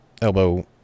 Elbow